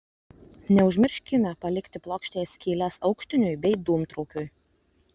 neužmirškime palikti plokštėje skyles aukštiniui bei dūmtraukiui